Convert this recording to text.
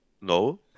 No